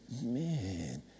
man